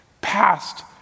past